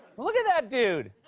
look at that dude.